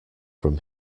from